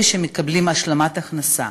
אלה שמקבלים השלמת הכנסה,